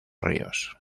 ríos